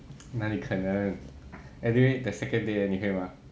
哪里可能 anyway the second date 你会吗